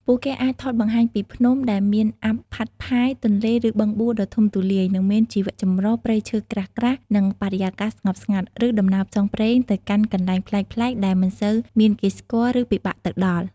ពួកគេអាចថតបង្ហាញពី ភ្នំ ដែលមានអ័ព្ទផាត់ផាយ ទន្លេ ឬ បឹងបួ ដ៏ធំទូលាយ និងមានជីវចម្រុះ ព្រៃឈើក្រាស់ៗ និងបរិយាកាសស្ងប់ស្ងាត់ ឬ ដំណើរផ្សងព្រេងទៅកាន់កន្លែងប្លែកៗដែលមិនសូវមានគេស្គាល់ ឬពិបាកទៅដល់។